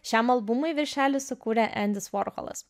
šiam albumui viršelį sukūrė endis vorholas